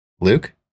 Luke